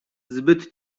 zbyt